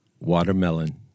Watermelon